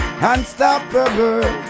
unstoppable